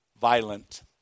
violent